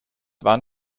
waren